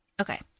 Okay